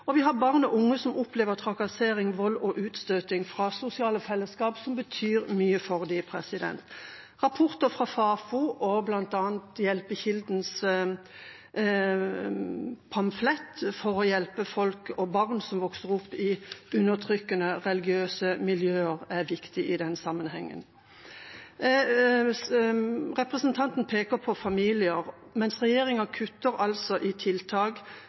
og vi har barn og unge som opplever trakassering, vold og utstøting fra sosiale fellesskap som betyr mye for dem. Rapporter fra Fafo og bl.a. Hjelpekildens pamflett for å hjelpe folk og barn som vokser opp i undertrykkende religiøse miljøer, er viktig i den sammenhengen. Representanten peker på familier, mens regjeringen kutter i tiltak,